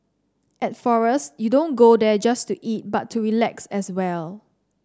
at Forest you don't go there just to eat but to relax as well